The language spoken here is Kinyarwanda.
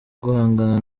guhangana